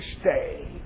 stay